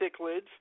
cichlids